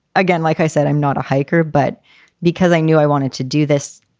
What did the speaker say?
again, like i said, i'm not a hiker, but because i knew i wanted to do this,